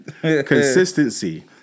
Consistency